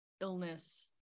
illness